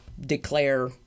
declare